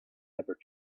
ever